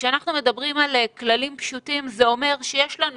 כשאנחנו מדברים על כללים פשוטים זה אומר שיש לנו